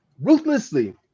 ruthlessly